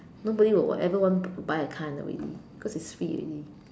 nobody would ever want to buy a car already because it's free already